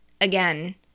again